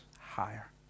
higher